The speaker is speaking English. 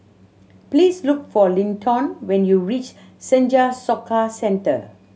please look for Linton when you reach Senja Soka Centre